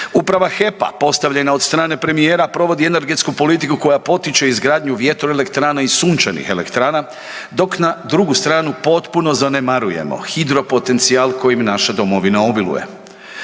Uprava HEP-a postavljena od strane premijera provodi energetsku politiku koja potiče izgradnju vjetroelektrana i sunčanih elektrana dok na drugu stranu potpuno zanemarujemo hidropotencijal kojim naša domovina obiluje.